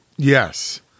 Yes